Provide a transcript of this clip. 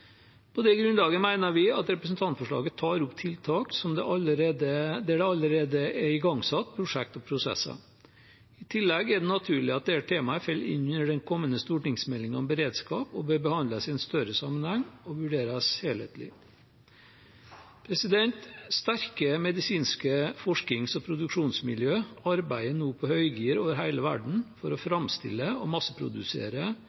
På det grunnlaget mener vi at representantforslaget tar opp tiltak der det allerede er igangsatt prosjekt og prosesser. I tillegg er det naturlig at dette temaet faller inn under den kommende stortingsmeldingen om beredskap, og det bør behandles i en større sammenheng og vurderes helhetlig. Sterke medisinske forsknings- og produksjonsmiljø arbeider nå på høygir over hele verden for å